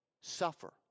suffer